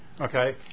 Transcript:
Okay